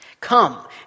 Come